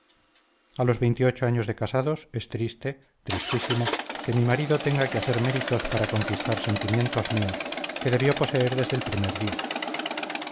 a los veintiocho años de casados es triste tristísimo que mi marido tenga que hacer méritos para conquistar sentimientos míos que debió poseer desde el primer día